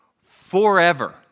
forever